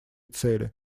цели